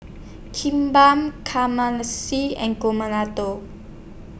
Kimbap and